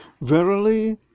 Verily